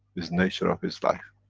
is nature of his life.